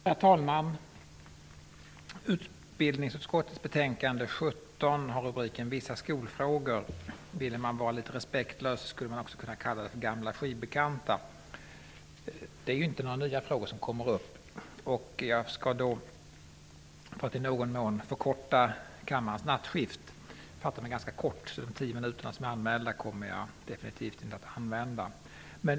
Herr talman! Utbildningsutskottets betänkande 17 har rubriken Vissa skolfrågor. Ville man vara litet respektlös skulle man också kunna kalla det Gamla skivbekanta. Det är inte några nya frågor som kommer upp. Jag skall för att i någon mån förkorta kammarens nattskift fatta mig ganska kort. De tio minuter som jag anmält mig för kommer jag definitivt inte att använda.